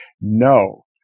No